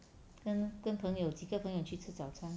跟跟朋友几个朋友去吃早餐